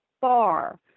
far